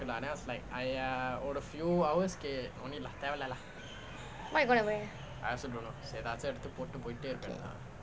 what you gonna wear